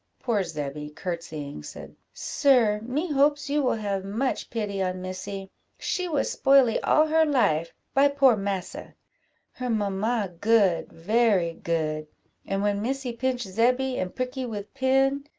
poor zebby, courtesying, said sir, me hopes you will have much pity on missy she was spoily all her life, by poor massa her mamma good, very good and when missy pinch zebby, and pricky with pin,